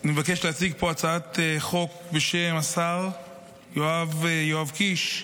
אני מבקש להציג פה הצעת חוק בשם השר יואב קיש.